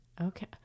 Okay